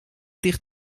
dicht